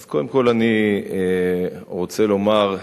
אז קודם כול אני רוצה לומר,